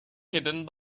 hidden